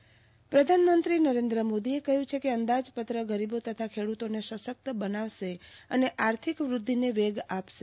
પ્રધાનમંત્રી બજેટ મંતવ્ય પ્રધાનમંત્રી નરેન્દ્ર મોદીએ કહ્યું છે કે અંદાજપત્ર ગરીબો તથા ખેડૂતોને સશક્ત બનાવશે અને આર્થિક વ્રદ્ધિને વેગ આપશે